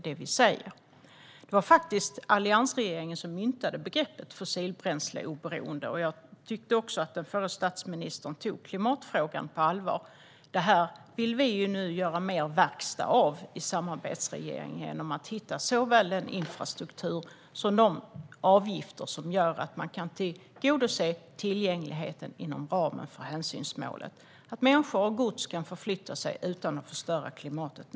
Det var faktiskt alliansregeringen som myntade begreppet fossilbränsleoberoende, och jag tycker att den förre statsministern tog klimatfrågan på allvar. Fossilbränsleoberoendet vill vi i samarbetsregeringen nu göra mer verkstad av genom att hitta såväl den infrastruktur som de avgifter som gör att man kan tillgodose tillgängligheten inom ramen för hänsynsmålet: att människor och gods kan förflytta sig utan att förstöra klimatet.